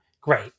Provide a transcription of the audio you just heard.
Great